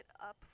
up